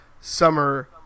Summer